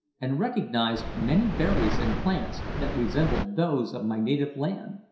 and recognised many berries and plants that resembled those of my native land,